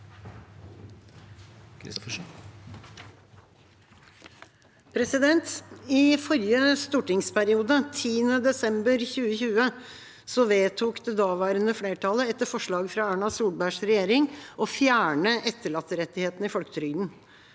nr. 4): I forrige stortingsperiode, den 10. desember 2020, vedtok det daværende flertallet etter forslag fra Erna Solbergs regjering å fjerne etterlatterettighetene i folketrygden.